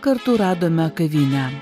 kartu radome kavinę